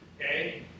okay